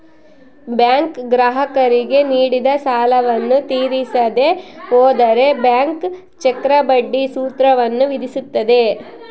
bank ಗ್ರಾಹಕರಿಗೆ ನೀಡಿದ ಸಾಲವನ್ನು ತೀರಿಸದೆ ಹೋದರೆ ಬ್ಯಾಂಕ್ ಚಕ್ರಬಡ್ಡಿ ಸೂತ್ರವನ್ನು ವಿಧಿಸುತ್ತದೆ